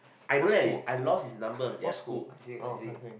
I don't have his I lost his number their school Hai-Seng Hai-Seng